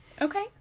Okay